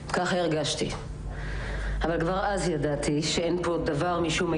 כשהייתי סטודנטית לקולנוע במחלקה לאומנויות הבמה